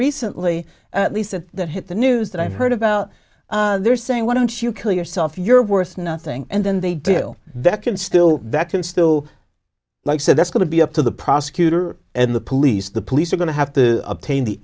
recently at least that that hit the news that i've heard about they're saying why don't you kill yourself you're worth nothing and then they drill that can still that can still like so that's going to be up to the prosecutor and the police the police are going to have to obtain the